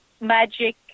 magic